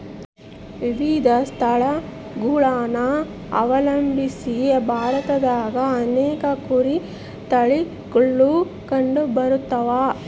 ವಿವಿಧ ಸ್ಥಳಗುಳನ ಅವಲಂಬಿಸಿ ಭಾರತದಾಗ ಅನೇಕ ಕುರಿ ತಳಿಗುಳು ಕಂಡುಬರತವ